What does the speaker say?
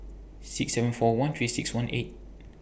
six seven four one three six one eight